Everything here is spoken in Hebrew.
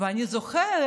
אני זוכרת,